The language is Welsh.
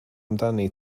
amdani